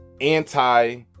anti